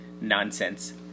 nonsense